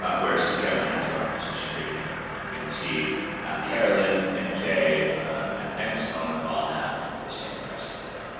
ah whereas carolyn has her own social so security number and we can see carolyn and jay and simone all have the same address together.